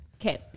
Okay